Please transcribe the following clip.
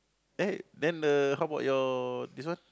eh then the how about your this one